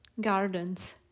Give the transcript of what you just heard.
gardens